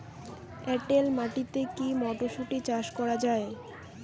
এটেল মাটিতে কী মটরশুটি চাষ করা য়ায়?